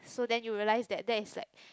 so then you realise that that is like